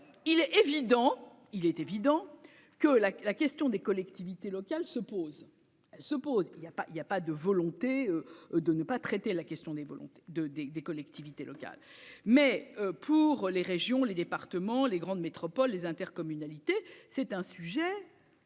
il est évident que la la question des collectivités locales se pose se pose, il y a pas, il y a pas de volonté de ne pas traiter la question des volontés de des des collectivités locales, mais pour les régions, les départements, les grandes métropoles, les intercommunalités, c'est un sujet.